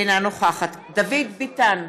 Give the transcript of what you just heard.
אינה נוכחת דוד ביטן,